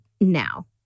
now